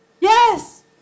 Yes